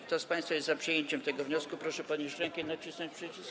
Kto z państwa jest za przyjęciem tego wniosku, proszę podnieść rękę i nacisnąć przycisk.